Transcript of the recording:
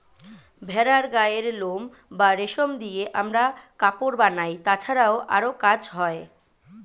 ভেড়ার গায়ের লোম বা রেশম দিয়ে আমরা কাপড় বানাই, তাছাড়াও আরো কাজ হয়